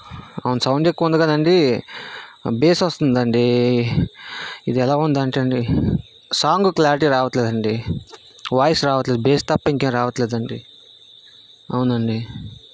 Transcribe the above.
అవును సౌండ్ ఎక్కువ ఉంది కదా అండి బేస్ వస్తుంది అండి ఎలాగ ఉందంటండి సాంగ్ క్లారిటీ రావట్లేదు అండి వాయిస్ రావట్లేదు బేస్ తప్ప ఇంకేం రావట్లేదు అండి అవునండి